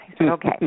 okay